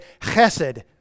chesed